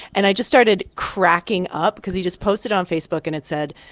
and i just started cracking up because he just posted on facebook, and it said,